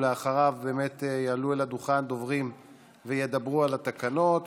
אחריו באמת יעלו לדוכן דוברים וידברו על התקנות,